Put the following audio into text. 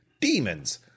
Demons